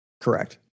Correct